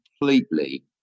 completely